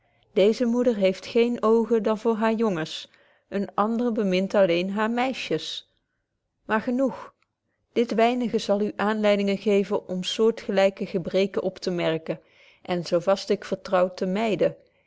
deeze moeder heeft geen oogen dan voor haare jongens eene andere bemind alleen haare meisjes maar genoeg dit weinige zal u aanleiding geven om zoortgelyke gebreken optemerken en zo ik vast vertrouw te myden